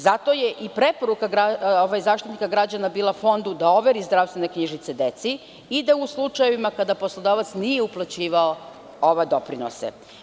Zato je i preporuka Zaštitnika građana bila Fondu da overu zdravstvene knjižice deci i u slučajevima kada poslodavac nije uplaćivao ove doprinose.